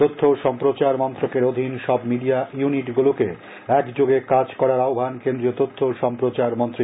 তথ্য ও সম্প্রচার মন্ত্রকের অধীন সব মিডিয়া ইউনিটগুলোকে একযোগে কাজ করার আহ্বান কেন্দ্রীয় তথ্য ও সম্প্রচার মন্ত্রীর